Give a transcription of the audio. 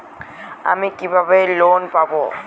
আমি কিভাবে লোন পাব?